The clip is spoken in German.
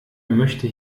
möchte